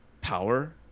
power